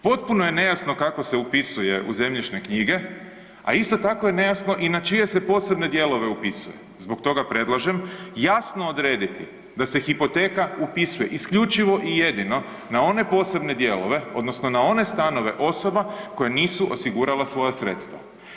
Potpuno je nejasno kako se upisuje u zemljišne knjige, a isto tako je nejasno i na čije se posebne dijelove upisuje, zbog toga predlažem jasno odrediti da se hipoteka upisuje isključivo i jedino na one posebne dijelove odnosno na one stanove osoba koja nisu osigurala svoja sredstva.